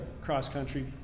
cross-country